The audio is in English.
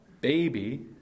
baby